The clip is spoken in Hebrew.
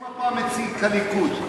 איזה מפה מציג הליכוד?